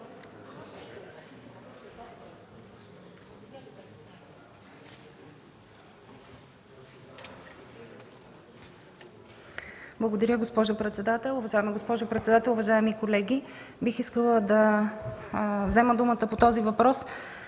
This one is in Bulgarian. Уважаема госпожо председател, уважаеми колеги! Бих искала да взема думата по този въпрос